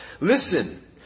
Listen